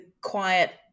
quiet